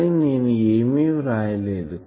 కానీ నేను ఏమి వ్రాయలేదు